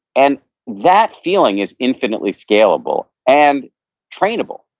and that feeling is infinitely scalable and trainable,